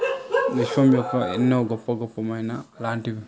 విశ్వం యొక్క ఎన్నో గొప్ప గొప్పవైన లాంటివి